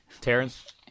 Terrence